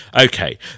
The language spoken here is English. okay